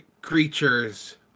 Creatures